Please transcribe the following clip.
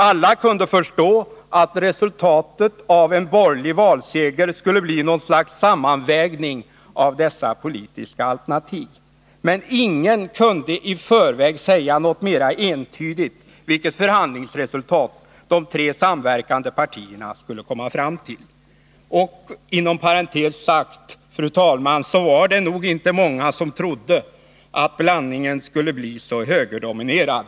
Alla kunde förstå att resultatet av en borgerlig valseger skulle bli något slags Nr 27 sammanvägning av dessa politiska alternativ, men ingen kunde i förväg säga Onsdagen den något mera entydigt om vilket förhandlingsresultat de tre samverkande 19 november 1980 partierna skulle komma fram till. Och, fru talman, inom parentes sagt var det nog inte många som trodde att blandningen skulle bli så högerdominerad.